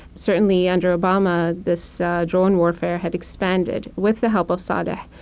certainly, under obama, this drone warfare had expanded with the help of saleh.